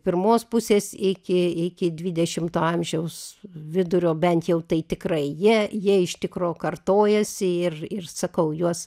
pirmos pusės iki iki dvidešimto amžiaus vidurio bent jau tai tikrai jie jie iš tikro kartojasi ir ir sakau juos